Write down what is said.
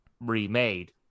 remade